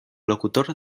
locutor